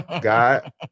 God